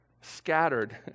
scattered